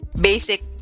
Basic